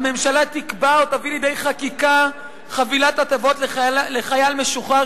הממשלה תקבע או תביא לידי חקיקה חבילת הטבות לחייל משוחרר,